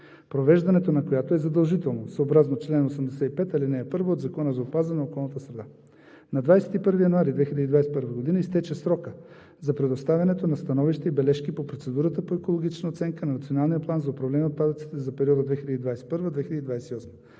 провеждането на която е задължително съобразно чл. 85, ал. 1 от Закона за опазване на околната среда. На 21 януари 2021 г. изтече срокът за предоставянето на становища и бележки по процедурата по екологична оценка на Националния план за управление на отпадъците за периода 2021 – 2028